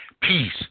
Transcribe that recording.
peace